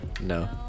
No